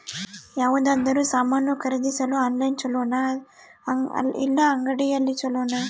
ಯಾವುದಾದರೂ ಸಾಮಾನು ಖರೇದಿಸಲು ಆನ್ಲೈನ್ ಛೊಲೊನಾ ಇಲ್ಲ ಅಂಗಡಿಯಲ್ಲಿ ಛೊಲೊನಾ?